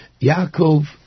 Yaakov